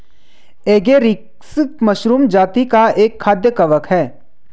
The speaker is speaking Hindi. एगेरिकस मशरूम जाती का एक खाद्य कवक है